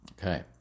Okay